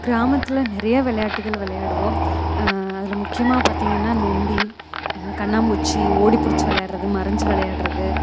கிராமத்தில் நிறையா விளையாட்டுகள் விளையாடுவோம் அதில் முக்கியமாக பார்த்தீங்கன்னா நொண்டி கண்ணாமூச்சி ஓடிப்பிடிச்சி விளையாடுவது மறைஞ்சி விளையாடுவது